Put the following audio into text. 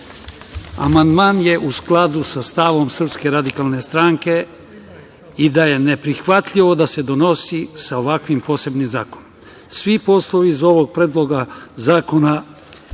je u skladu sa stavom Srpske radikalne stranke i da je neprihvatljivo da se donosi sa ovakvim posebnim zakonom. Svi poslovi iz ovog Predloga zakona